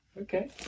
Okay